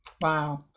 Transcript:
wow